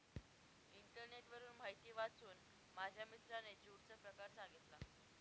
इंटरनेटवरून माहिती वाचून माझ्या मित्राने ज्यूटचा प्रकार सांगितला